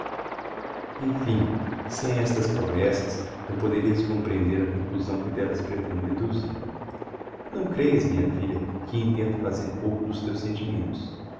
emfim sem estas promessas não poderias comprehender a conclusão que d'ellas pretendo deduzir não creias minha filha que intento fazer pouco dos teus sentimentos